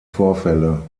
vorfälle